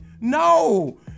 no